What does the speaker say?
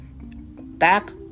Back